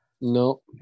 No